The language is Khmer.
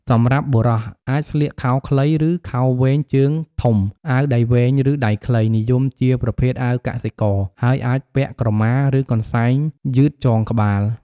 សម្រាប់បុរស អាចស្លៀកខោខ្លី ឬខោវែងជើងធំ អាវដៃវែង ឬដៃខ្លី និយមជាប្រភេទអាវកសិករ ហើយអាចពាក់ក្រមាឬកន្សែងយឺតចងក្បាល។